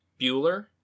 Bueller